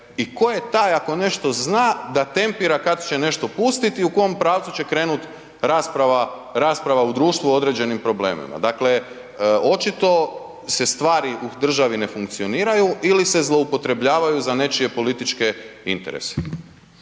i tko je taj ako nešto zna da tempira kad će nešto pustiti i u kojem pravcu će krenuti rasprava u društvu o određenim problemima. Dakle, očito se stvari u državi ne funkcioniraju ili se zloupotrebljavaju za nečije političke interese.